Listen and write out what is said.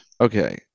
Okay